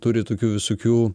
turi tokių visokių